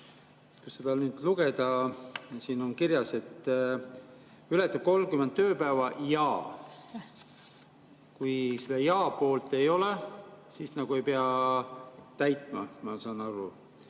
Kui seda eelnõu nüüd lugeda, siis siin on kirjas: "ületab 30 tööpäeva ja ...". Kui seda ja-poolt ei ole, siis nagu ei pea täitma, ma saan nii